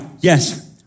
Yes